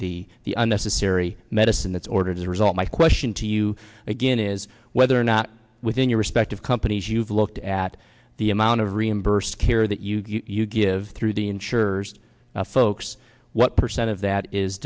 the the unnecessary medicine that's ordered a result my question to you again is whether or not within your respective companies you've looked at the amount of reimburse care that you give through the insurers folks what percent of that is